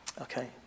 Okay